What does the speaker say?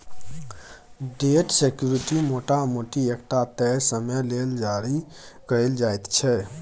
date security मोटा मोटी एकटा तय समय लेल जारी कएल जाइत छै